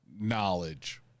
knowledge